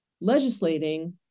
legislating